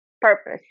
purpose